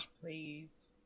Please